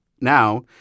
now